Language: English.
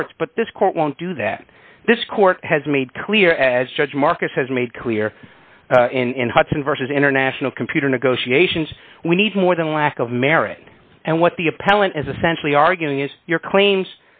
court's but this court won't do that this court has made clear as judge marcus has made clear in hudson versus international computer negotiations we need more than a lack of merit and what the